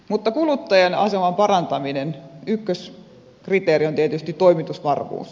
mutta kuluttajan aseman parantamisessa ykköskriteeri on tietysti toimitusvarmuus